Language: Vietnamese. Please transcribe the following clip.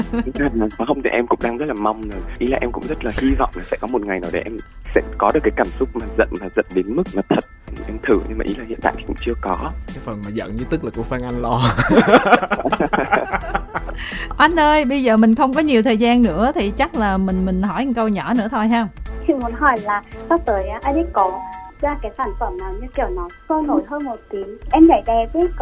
Mà không thì em cũng đang rất là mong là- ý là em cũng rất là hy vọng là sẽ có một ngày nào để em sẽ có được cái cảm xúc mà giận, mà giận đến mức mà thật. Em thử, nhưng mà ý là hiện tại thì cũng chưa có. Cái phần mà giận nhất tức là của Phan Anh lo. Anh ơi, bây giờ mình không có nhiều thời gian nữa thì chắc là mình- mình hỏi một câu nhỏ nữa thôi ha? Chị muốn hỏi là sắp tới á, Adidas có ra cái sản phẩm nào như kiểu nó sôi nổi hơn một tí? Em nhảy đẹp ý.